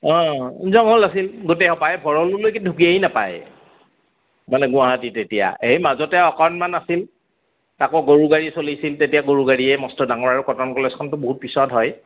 অঁ আছিল প্ৰায় ভৰলুলৈকে ঢুকিয়েই নাপায় মানে গুৱাহাটীত এতিয়া এই মাজতে অকণমান আছিল তাকো গৰু গাড়ী চলিছিল তেতিয়া গৰু গাড়ীয়ে মস্ত ডাঙৰ আৰু কটন কলেজখনতো বহুত পিছত হয়